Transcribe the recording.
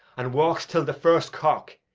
and walks till the first cock.